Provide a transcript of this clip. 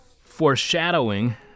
foreshadowing